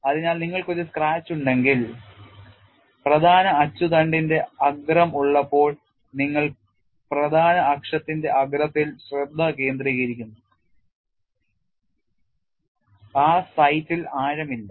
അതിനാൽ നിങ്ങൾക്ക് ഒരു സ്ക്രാച്ച് ഉണ്ടെങ്കിൽ പ്രധാന അച്ചുതണ്ടിന്റെ അഗ്രം ഉള്ളപ്പോൾ നിങ്ങൾ പ്രധാന അക്ഷത്തിന്റെ അഗ്രത്തിൽ ശ്രദ്ധ കേന്ദ്രീകരിക്കുന്നു ആ സൈറ്റിൽ ആഴമില്ല